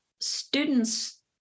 students